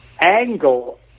angle